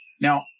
Now